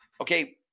Okay